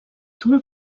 toul